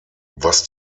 was